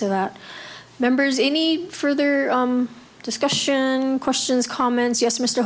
to that members any further discussion questions comments yes mr